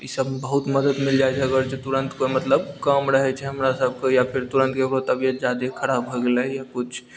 ई सबमे बहुत मदति मिलि जाइ है अगर जे तुरन्त मतलब काम रहय छै हमरा सबके या फिर तुरन्त ककरो तबियत जादे खराब भऽ गेलय किछु